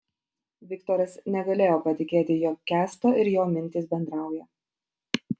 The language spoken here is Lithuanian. viktoras negalėjo patikėti jog kęsto ir jo mintys bendrauja